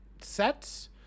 sets